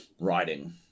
writing